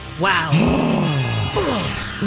Wow